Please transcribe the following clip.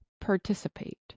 participate